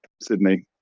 Sydney